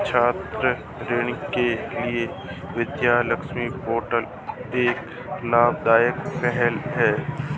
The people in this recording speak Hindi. छात्र ऋण के लिए विद्या लक्ष्मी पोर्टल एक लाभदायक पहल है